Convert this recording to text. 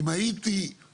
חלק ראשון זה המעבר בין